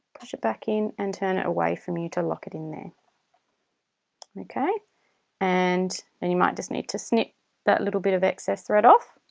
push it back in and turn it away from you to lock it in there okay and and you might just need to snip that little bit of excess thread off.